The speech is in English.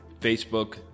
Facebook